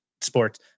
sports